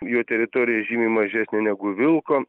jų teritorija žymiai mažesnė negu vilko